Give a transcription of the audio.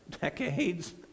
decades